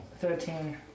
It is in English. Thirteen